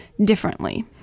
differently